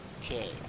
Okay